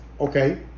Okay